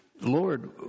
Lord